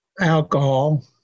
Alcohol